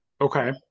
Okay